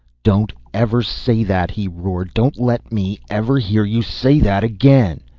don't ever say that, he roared. don't let me ever hear you say that again!